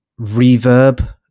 reverb